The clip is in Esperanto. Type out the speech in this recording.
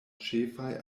ĉefaj